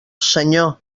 senyor